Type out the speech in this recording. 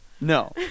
No